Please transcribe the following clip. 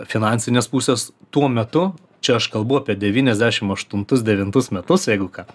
finansinės pusės tuo metu čia aš kalbu apie devyniasdešim aštuntus devintus metus jeigu ką